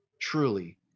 Truly